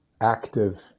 active